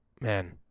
man